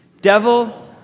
Devil